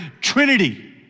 Trinity